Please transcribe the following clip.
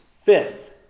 Fifth